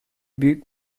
büyük